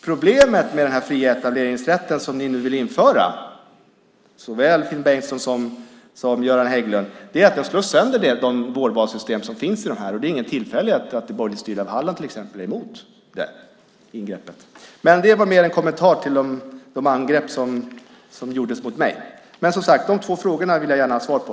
Problemet med den fria etableringsrätt som ni nu vill införa, såväl Finn Bengtsson som Göran Hägglund, är att den slår sönder de vårdvalssystem som finns där, och det är ingen tillfällighet att det borgerligt styrda Halland till exempel är emot det ingreppet. Det var mer en kommentar till de angrepp som gjordes mot mig. Men som sagt: De två frågorna vill jag gärna ha svar på.